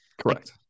Correct